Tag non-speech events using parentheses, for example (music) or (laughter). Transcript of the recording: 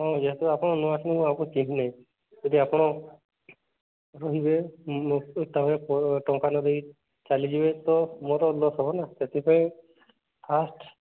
ହଁ ଯେହେତୁ ଆପଣ ନୂଆ ମୁଁ ଆପଣଙ୍କୁ ଚିହ୍ନି ନାହିଁ ଯଦି (unintelligible) ଆପଣ ରହିବେ ତାପରେ ପଳେଇବେ ଟଙ୍କା ନ ଦେଇ ଚାଲିଯିବେ ତ ମୋର ଲସ୍ ହେବ ନା ସେଥିପାଇଁ ଫାର୍ଷ୍ଟ୍